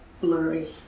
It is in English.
blurry